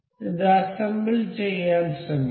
ഇത് അസ്സെംബിൾ ചെയ്യാൻ ശ്രമിക്കാം